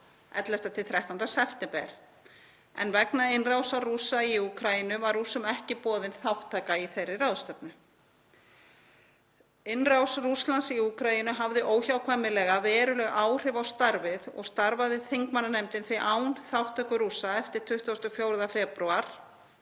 11.–13. september, en vegna innrásar Rússa í Úkraínu var Rússum ekki boðin þátttaka í þeirri ráðstefnu. Innrás Rússlands í Úkraínu hafði óhjákvæmilega veruleg áhrif á starfið og starfaði þingmannanefndin því án þátttöku Rússa eftir 24. febrúar